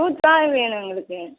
fruits தான் வேணும் எங்களுக்கு